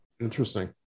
Interesting